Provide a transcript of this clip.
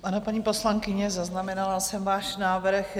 Ano, paní poslankyně, zaznamenala jsem váš návrh.